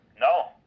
No